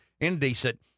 indecent